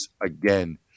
again